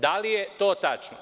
Da li je to tačno?